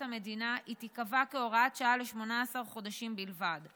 המדינה היא תיקבע כהוראת שעה ל-18 חודשים בלבד,